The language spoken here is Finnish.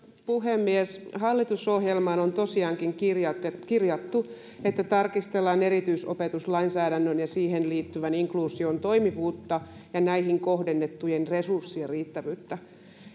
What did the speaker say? puhemies hallitusohjelmaan on tosiaankin kirjattu kirjattu että tarkastellaan erityisopetuslainsäädännön ja siihen liittyvän inkluusion toimivuutta ja näihin kohdennettujen resurssien riittävyyttä